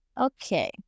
Okay